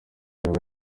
byaba